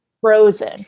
frozen